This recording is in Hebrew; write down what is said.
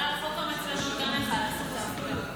בהצבעה על חוק המצלמות גם היה יכול לעשות את העבודה.